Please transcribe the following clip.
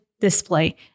display